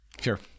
Sure